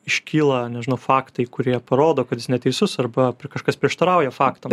iškyla nežinau faktai kurie parodo kad jis neteisus arba kažkas prieštarauja faktams